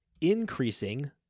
increasing